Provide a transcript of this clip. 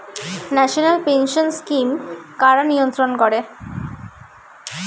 National pension scheme কারা নিয়ন্ত্রণ করে?